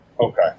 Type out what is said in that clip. Okay